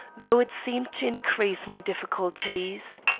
though it seemed to increase my difficulties.